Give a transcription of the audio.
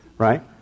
Right